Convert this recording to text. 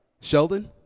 Sheldon